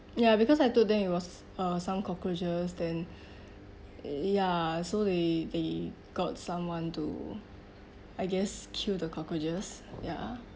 ya because I told them it was uh some cockroaches then ya so they they got someone to I guess kill the cockroaches ya